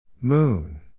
moon